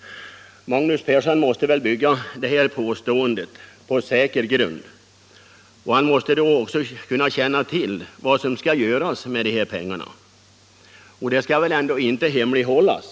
Herr Magnus Persson måste väl bygga detta påstående på säker grund. Han måste då också känna till vad som skall göras med dessa pengar, och det skall väl inte hemlighållas,